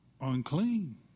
unclean